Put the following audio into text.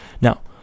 Now